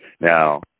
Now